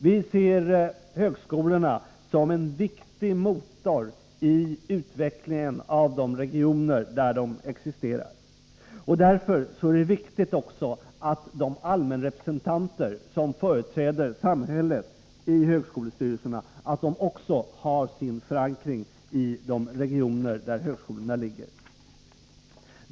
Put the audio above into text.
Vi ser högskolorna som en viktig motor i utvecklingen av de regioner där de existerar, och därför är det också viktigt att de allmänrepresentanter som företräder samhället i högskolestyrelserna har sin förankring i de regioner där högskolorna ligger.